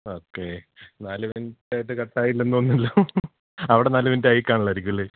okay നാല് മിനുട്ടായിട്ട് cut ആയില്ലെന്നു തോന്നുന്നല്ലോ അവിടെ നാലു മിനിറ്റായിക്കാണില്ലായിരിക്കും അല്ലേ